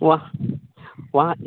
वह वहाँ